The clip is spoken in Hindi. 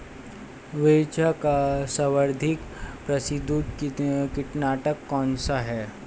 विश्व का सर्वाधिक प्रसिद्ध कीटनाशक कौन सा है?